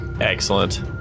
Excellent